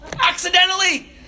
Accidentally